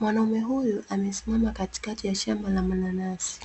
Mwanaume huyu amesimama katikati ya shamba la mananasi